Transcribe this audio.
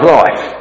life